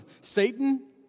Satan